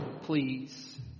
please